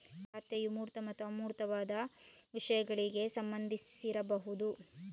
ಖಾತೆಯು ಮೂರ್ತ ಮತ್ತು ಅಮೂರ್ತವಾದ ವಿಷಯಗಳಿಗೆ ಸಂಬಂಧಿಸಿರಬಹುದು